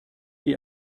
die